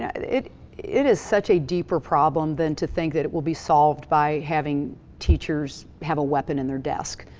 yeah it it is such a deeper problem than to think that it will be solved by having teachers have a weapon in their desk.